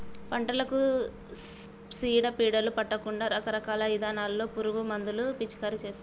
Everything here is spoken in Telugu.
పంటలకు సీడ పీడలు పట్టకుండా రకరకాల ఇథానాల్లో పురుగు మందులు పిచికారీ చేస్తారు